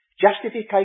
Justification